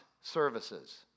services